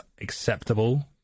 acceptable